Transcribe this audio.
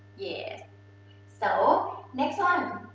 yeah so, next one.